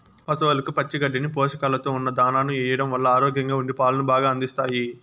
పసవులకు పచ్చి గడ్డిని, పోషకాలతో ఉన్న దానాను ఎయ్యడం వల్ల ఆరోగ్యంగా ఉండి పాలను బాగా అందిస్తాయి